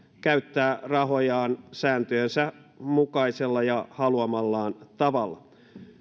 käyttää rahojaan sääntöjensä mukaisella ja haluamallaan tavalla